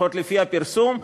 לפחות לפי הפרסום,